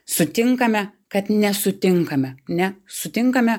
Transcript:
sutinkame kad nesutinkame nesutinkame